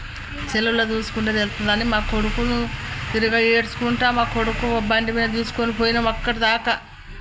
సెల్లుల్లో చూస్కుంటే తెలుత్తుందని మా కొడుకును ఇంకా ఏడ్చుకుంటూ మా కొడుకు బండి మీద చూసుకొని పోయిన అక్కడి దాక